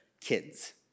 kids